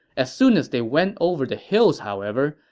as soon as they went over the hills, however,